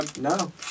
No